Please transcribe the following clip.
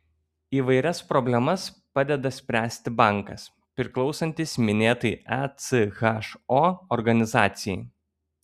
įvairias problemas padeda spręsti bankas priklausantis minėtai echo organizacijai